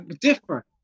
different